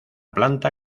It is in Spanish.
planta